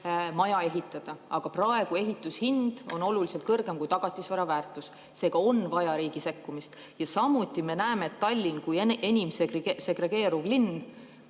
maja ehitada. Aga praegu on ehitushind oluliselt kõrgem kui tagatisvara väärtus, seega on vaja riigi sekkumist. Samuti me näeme, et Tallinn on enim segregeeruv linn.